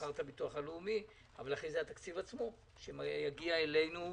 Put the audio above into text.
מחר בכספי הביטוח הלאומי ואחרי כן בתקציב עצמו שיגיע אלינו.